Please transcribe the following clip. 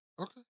Okay